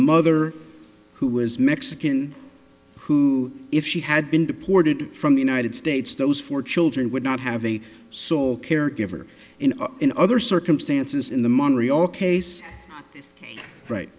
mother who was mexican who if she had been deported from the united states those four children would not have a sole caregiver and in other circumstances in the monetary case is right